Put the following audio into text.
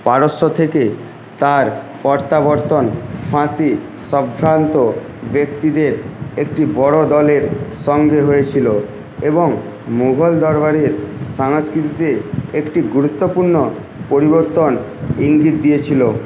পারস্য থেকে তার প্রত্যাবর্তন ফাঁসি সম্ভ্রান্ত ব্যক্তিদের একটি বড় দলের সঙ্গে হয়েছিল এবং মুঘল দরবারের সংস্কৃতিতে একটি গুরুত্বপূর্ণ পরিবর্তন ইঙ্গিত দিয়েছিল